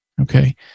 okay